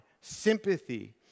sympathy